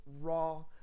raw